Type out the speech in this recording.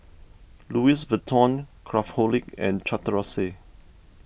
Louis Vuitton Craftholic and Chateraise